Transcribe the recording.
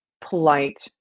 polite